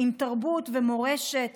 עם תרבות ומורשת